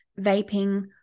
vaping